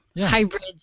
hybrids